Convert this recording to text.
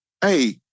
hey